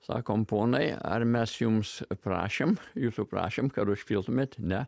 sakom ponai ar mes jums prašėm jūsų prašėm kad užpiltumėt ne